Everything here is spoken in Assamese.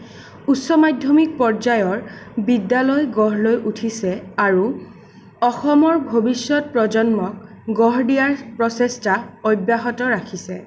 উচ্চ মাধ্যমিক পৰ্যায়ৰ বিদ্যালয় গঢ় লৈ উঠিছে আৰু অসমৰ ভৱিষ্যৎ প্ৰজন্মক গঢ় দিয়াৰ প্ৰচেষ্টা অব্যাহত ৰাখিছে